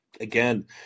again